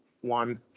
one